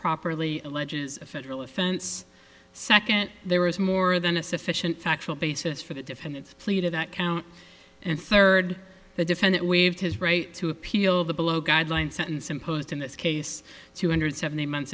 properly alleges a federal offense second there was more than a sufficient factual basis for the defendants pleaded that count and third the defendant waived his right to appeal the below guideline sentence imposed in this case two hundred seventy months